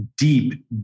deep